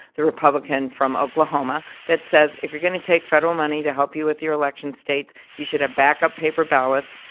the republican from oklahoma that says if you're going to take federal money to help you with your election state, you should have backup paper ballots,